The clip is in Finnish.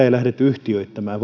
ei lähdetty yhtiöittämään